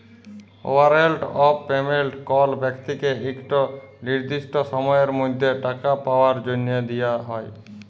warrant of payment কল ব্যক্তিকে ইকট লিরদিসট সময়ের মধ্যে টাকা পাউয়ার জ্যনহে দিয়া হ্যয়